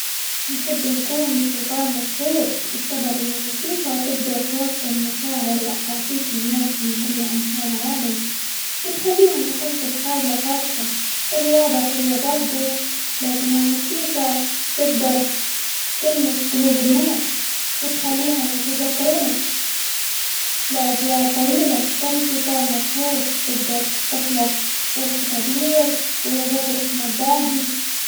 نحب نكون موسيقار مشهور؛ السبب إن الموسيقى تقدر توصل مشاعر، وأحاسيس لناس من كل انحاء العالم، وتخليهم يحسوا بحاجة خاصة، الرياضة حلوة برضو، لكن الموسيقى تقدر تلمس قلوب الناس، وتخليهم يتذكرونك لأجيال طويلة، كموسيقار مشهور تقدر تخلق إرث كبير، ويظل اسمك باقي.